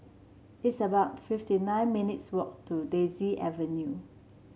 it's about fifty nine minutes' walk to Daisy Avenue